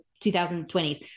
2020s